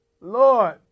Lord